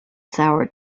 soured